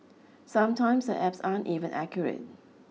sometimes apps aren't even accurate